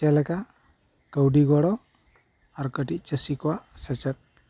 ᱡᱮᱞᱮᱠᱟ ᱠᱟᱹᱣᱰᱤ ᱜᱚᱲᱚ ᱟᱨ ᱠᱟᱹᱴᱤᱡ ᱪᱟᱹᱥᱤ ᱠᱚᱣᱟᱜ ᱥᱮᱪᱮᱫ